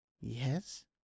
Yes